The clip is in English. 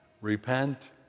Repent